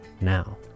now